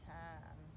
time